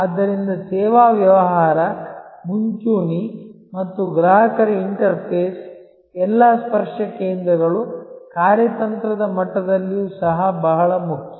ಆದ್ದರಿಂದ ಸೇವಾ ವ್ಯವಹಾರ ಮುಂಚೂಣಿ ಮತ್ತು ಗ್ರಾಹಕರ ಇಂಟರ್ಫೇಸ್ ಎಲ್ಲಾ ಸ್ಪರ್ಶ ಕೇಂದ್ರಗಳು ಕಾರ್ಯತಂತ್ರದ ಮಟ್ಟದಲ್ಲಿಯೂ ಸಹ ಬಹಳ ಮುಖ್ಯ